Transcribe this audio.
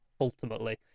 ultimately